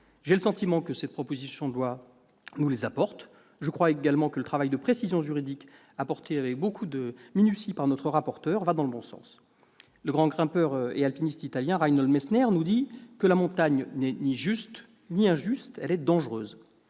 J'ai le sentiment que cette proposition de loi nous les apporte. Je crois également que le travail de précision juridique, apporté avec beaucoup de minutie par notre rapporteur, va dans le bon sens. Le grand grimpeur et alpiniste italien Reinhold Messner nous dit que « la montagne n'est ni juste, ni injuste, elle est dangereuse